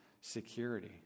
security